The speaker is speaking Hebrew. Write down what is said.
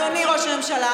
מי השתמש בגז פלפל?